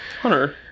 Hunter